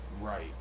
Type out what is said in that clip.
right